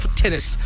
tennis